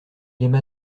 aima